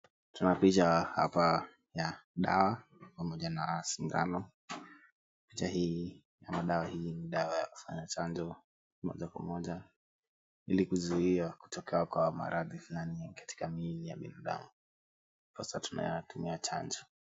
Kuna picha hapa ya dawa pamoja na sindano. Picha hii ni dawa ya kufanya chanjo moja kwa moja ili kuzuia kutokea kwa maradhi hii katika miili ya binadamu, ndiposa tunatumia chanjo.